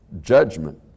judgment